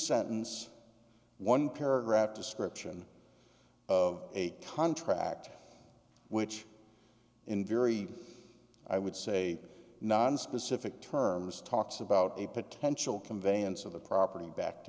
sentence one paragraph description of a contract which in very i would say nonspecific terms talks about a potential conveyance of the property back to